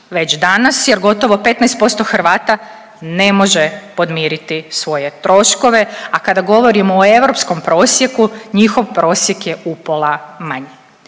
već danas, jer gotovo 15% Hrvata ne može podmiriti svoje troškove. A kada govorimo o europskom prosjeku njihov prosjek je upola manji.